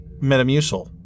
Metamucil